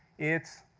it's